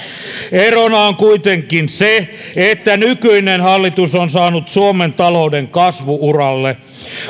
erona on kuitenkin se että nykyinen hallitus on saanut suomen talouden kasvu uralle